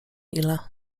ile